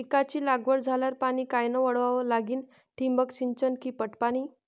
पिकाची लागवड झाल्यावर पाणी कायनं वळवा लागीन? ठिबक सिंचन की पट पाणी?